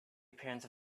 appearance